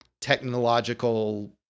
technological